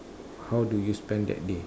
how do you spend that day